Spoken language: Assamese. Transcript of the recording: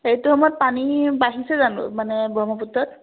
সেইটো সময়ত পানী বাঢ়িছে জানো মানে ব্ৰহ্মপুত্ৰত